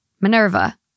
Minerva